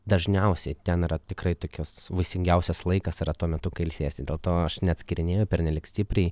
dažniausiai ten yra tikrai tokios vaisingiausias laikas yra tuo metu kai ilsiesi dėl to aš neatskirinėju pernelyg stipriai